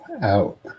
out